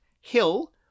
hill